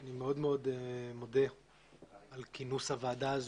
אני מאוד מאוד מודה על כינוס הוועדה הזו,